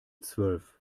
zwölf